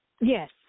yes